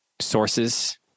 sources